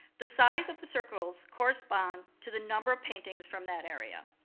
the size of the circles correspond to the number of paintings from that area.